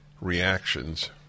reactions